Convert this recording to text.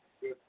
Good